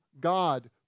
God